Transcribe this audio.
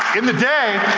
in the day,